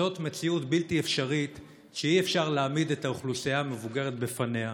זאת מציאות בלתי אפשרית שאי-אפשר להעמיד את האוכלוסייה המבוגרת בפניה.